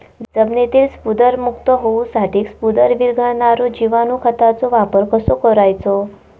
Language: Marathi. जमिनीतील स्फुदरमुक्त होऊसाठीक स्फुदर वीरघळनारो जिवाणू खताचो वापर कसो करायचो?